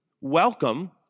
welcome